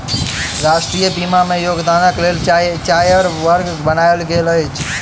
राष्ट्रीय बीमा में योगदानक लेल चाइर वर्ग बनायल गेल अछि